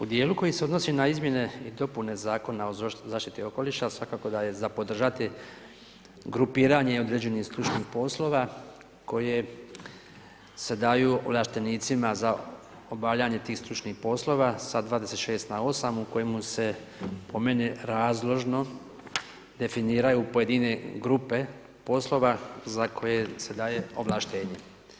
U dijelu koji se odnosi na izmjene i dopune Zakona o zaštiti okoliša svakako da je za podržati grupiranje određenih stručnih poslova koje se daju ovlaštenicima za obavljanje tih stručnih poslova sa 26 na 8 u kojemu se po meni razložno definiraju pojedine grupe poslova za koje se daje ovlaštenje.